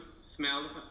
smells